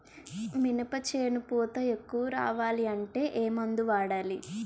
మినప చేను పూత ఎక్కువ రావాలి అంటే ఏమందు వాడాలి?